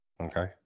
Okay